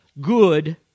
good